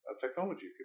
technology